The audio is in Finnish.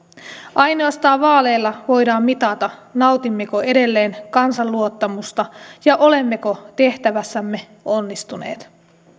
ainoastaan vaaleilla voidaan mitata nautimmeko edelleen kansan luottamusta ja olemmeko tehtävässämme onnistuneet